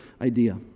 idea